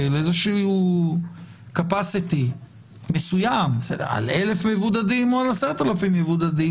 איזשהו capacity מסוים על 1,000 או על 10,000 מבודדים,